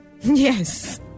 Yes